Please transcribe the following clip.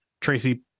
Tracy